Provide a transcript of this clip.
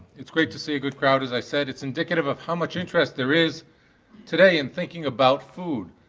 it's great to see a good crowd as i said it's indicative of how much interest there is today and thinking about food.